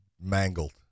mangled